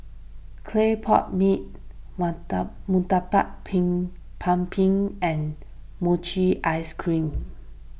Clay Pot Mee Murtabak Pin Kambing and Mochi Ice Cream